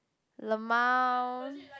lmao